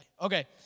Okay